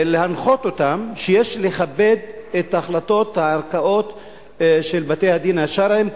להנחות אותם שיש לכבד את החלטות הערכאות של בתי-הדין השרעיים,